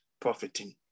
profiting